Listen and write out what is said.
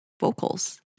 vocals